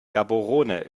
gaborone